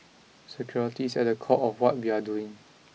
security is at the core of what we are doing